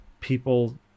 people